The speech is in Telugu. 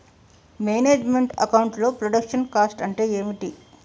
మేనేజ్ మెంట్ అకౌంట్ లో ప్రొడక్షన్ కాస్ట్ అంటే ఏమిటి?